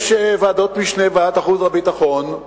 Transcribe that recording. יש ועדות משנה בוועדת החוץ והביטחון,